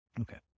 Okay